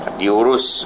diurus